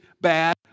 bad